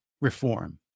reform